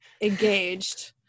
engaged